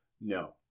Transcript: No